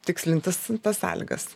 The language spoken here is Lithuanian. tikslintis tas sąlygas